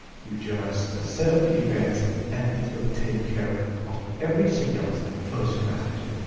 you just set up the events and it will take care of everything else automatically.